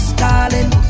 darling